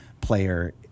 player